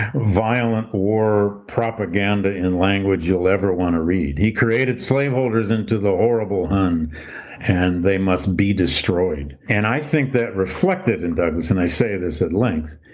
violent war propaganda in language you'll ever want to read. he created slaveholders into the horrible hun and they must be destroyed. and i think that reflected in douglass, and i say this at length,